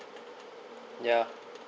ya